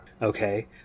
Okay